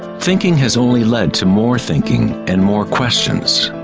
thinking has only led to more thinking and more questions.